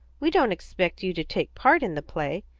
we don't expect you to take part in the play.